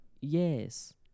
Yes